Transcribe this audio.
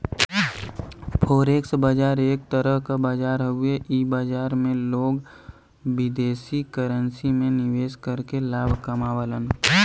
forex बाजार एक तरह क बाजार हउवे इ बाजार में लोग विदेशी करेंसी में निवेश करके लाभ कमावलन